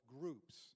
groups